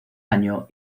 año